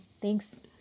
Thanks